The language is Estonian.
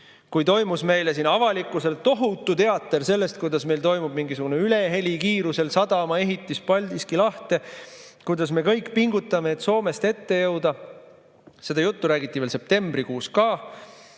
kui meil tehti siin avalikkusele tohutut teatrit sellest, kuidas meil toimub mingisugune ülehelikiirusel sadamaehitamine Paldiski lahte, kuidas me kõik pingutame, et Soomest ette jõuda, seda juttu räägiti veel ka septembrikuus –,